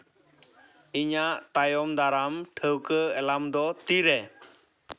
ᱤᱧᱟᱹᱜ ᱛᱟᱭᱚᱢ ᱫᱟᱨᱟᱢ ᱴᱷᱟᱹᱣᱠᱟᱹ ᱮᱞᱟᱨᱢ ᱫᱚ ᱛᱤᱨᱮ